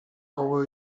over